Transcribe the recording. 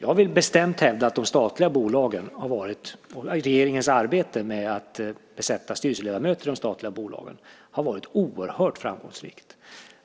Jag vill bestämt hävda att regeringens arbete med att besätta styrelser i de statliga bolagen har varit oerhört framgångsrikt. Det